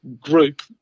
group